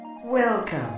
Welcome